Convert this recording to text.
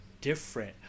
different